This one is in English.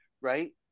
right